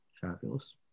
Fabulous